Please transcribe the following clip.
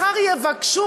מחר יבקשו,